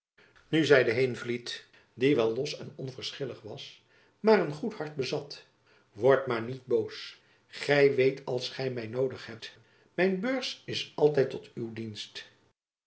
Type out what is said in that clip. nu zeide heenvliet die wel los en onverschillig was maar een goed hart bezat word maar niet boos gy weet als gy my noodig hebt mijn beurs is altijd tot uw dienst